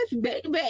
baby